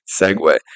segue